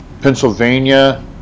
Pennsylvania